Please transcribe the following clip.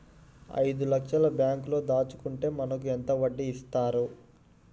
ఐదు లక్షల బ్యాంక్లో దాచుకుంటే మనకు ఎంత వడ్డీ ఇస్తారు?